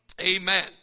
Amen